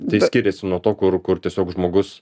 tai skiriasi nuo to kur kur tiesiog žmogus